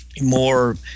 more